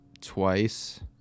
twice